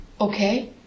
Okay